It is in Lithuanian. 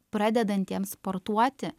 pradedantiems sportuoti